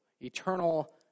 eternal